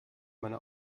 meine